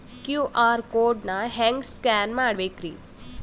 QR code ನಾ ಹೆಂಗ scan ಮಾಡಬೇಕ್ರಿ?